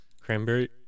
Cranberry